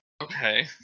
Okay